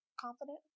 confident